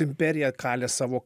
imperija kalė savo